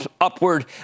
upward